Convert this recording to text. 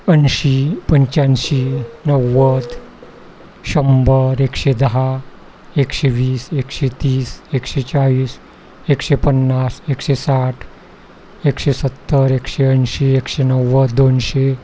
ऐंशी पंच्याऐंशी नव्वद शंभर एकशे दहा एकशे वीस एकशे तीस एकशे चाळीस एकशे पन्नास एकशे साठ एकशे सत्तर एकशे ऐंशी एकशे नव्वद दोनशे